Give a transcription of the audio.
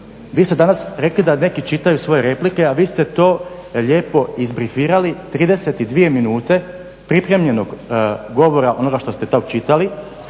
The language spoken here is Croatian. Vi ste danas rekli da neki čitaju svoje replike, a vi ste to lijepo izbrifirali, 32 minute pripremljenog govora onoga što ste tako čitali,